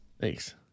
thanks